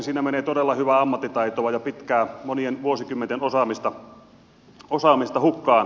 siinä menee todella hyvää ammattitaitoa ja pitkää monien vuosikymmenten osaamista hukkaan